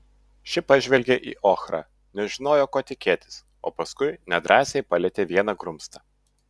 ši pažvelgė į ochrą nežinojo ko tikėtis o paskui nedrąsiai palietė vieną grumstą